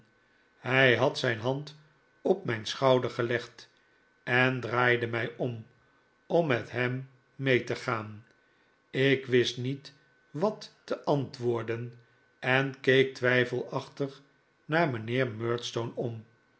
hij had zijn hand op mijn schouder gelegd en draaide mij om om met hem mee te gaan ik wist niet wat te antwoorden en keek twijfelachtig naar mijnheer murdstone om